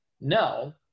No